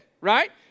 right